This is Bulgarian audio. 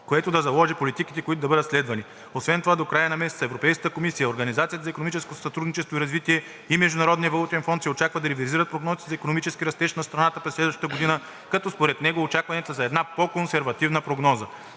което да заложи политиките, които да бъдат следвани. Освен това до края на месеца Европейската комисия, Организацията за икономическо сътрудничество и развитие и Международният валутен фонд се очаква да ревизират прогнозите си за икономическия растеж на страната през следващата година, като според него очакванията са за една по-консервативна прогноза.